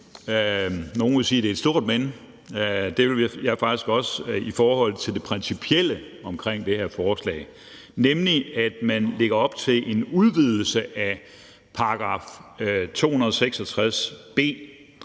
nogen vil sige, det er et stort men, og det vil jeg faktisk også – i forhold til det principielle omkring det her forslag, nemlig at man lægger op til en udvidelse af § 266 b.